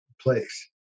place